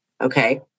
okay